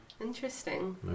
Interesting